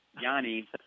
Yanni